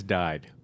died